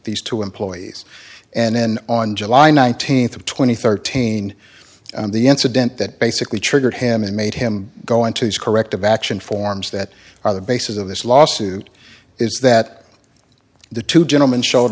these two employees and then on july nineteenth of twenty thirteen the incident that basically triggered him and made him go into these corrective action forms that are the basis of this lawsuit is that the two gentlemen showed